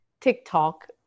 TikTok